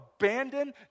abandoned